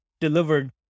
delivered